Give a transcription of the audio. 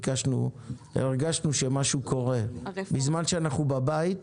הרגשנו שמשהו קורה בזמן שאנחנו בבית,